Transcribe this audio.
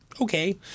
Okay